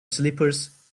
slippers